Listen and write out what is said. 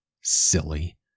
Silly